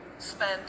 spend